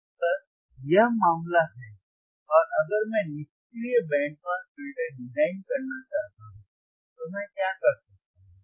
तो अगर यह मामला है और अगर मैं निष्क्रिय बैंड पास फिल्टर डिजाइन करना चाहता हूं तो मैं क्या कर सकता हूं